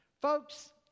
Folks